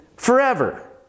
forever